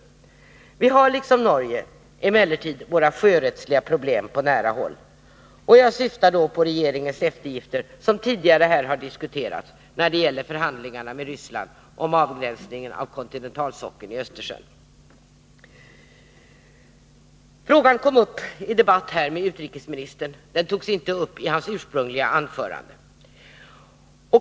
Vi har liksom Norge emellertid våra sjörättsliga problem på nära håll. Jag syftar då på regeringens eftergifter, som tidigare här har diskuterats, när det gäller förhandlingarna med Ryssland om avgränsningen av kontinentalsockeln i Östersjön. Frågan kom upp i debatt här med utrikesministern. Den togs inte upp i hans ursprungliga anförande.